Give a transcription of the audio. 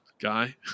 guy